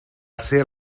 ser